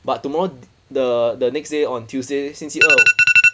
but tomorrow the the next day on tuesday 星期二